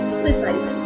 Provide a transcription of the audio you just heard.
precise